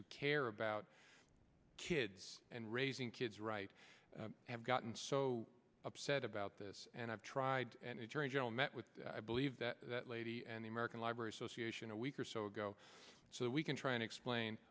who care about kids and raising kids right have gotten so upset about this and i've tried and it's very gentle met with i believe that that lady and the american library association a week or so ago so we can try and explain